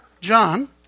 John